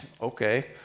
Okay